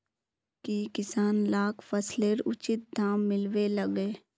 की किसान लाक फसलेर उचित दाम मिलबे लगे?